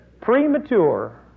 premature